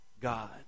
god